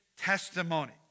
testimony